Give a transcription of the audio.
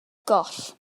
goll